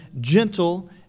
gentle